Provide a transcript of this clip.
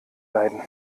leiden